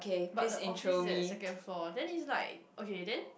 but the office is at second floor then is like okay then